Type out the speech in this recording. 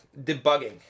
Debugging